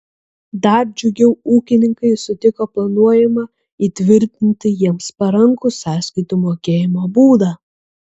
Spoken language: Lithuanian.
dar džiugiau ūkininkai sutiko planuojamą įtvirtinti jiems parankų sąskaitų mokėjimo būdą